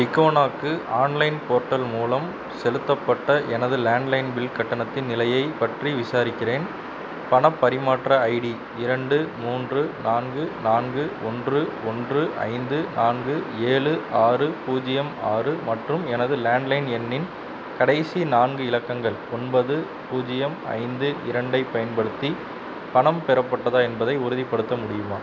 டிக்கோன்னாக்கு online portal மூலம் செலுத்தப்பட்ட எனது லேண்ட்லைன் பில் கட்டணத்தின் நிலையைப் பற்றி விசாரிக்கிறேன் பணப் பரிமாற்ற ஐடி இரண்டு மூன்று நான்கு நான்கு ஒன்று ஒன்று ஐந்து நான்கு ஏழு ஆறு பூஜ்ஜியம் ஆறு மற்றும் எனது லேண்ட்லைன் எண்ணின் கடைசி நான்கு இலக்கங்கள் ஒன்பது பூஜ்ஜியம் ஐந்து இரண்டைப் பயன்படுத்தி பணம் பெறப்பட்டதா என்பதை உறுதிப்படுத்த முடியுமா